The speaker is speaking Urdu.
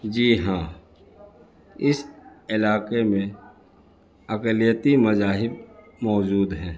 جی ہاں اس علاقے میں اقلیتی مذاہب موجود ہیں